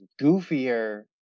goofier